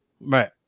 Right